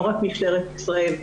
לא רק משטרת ישראל,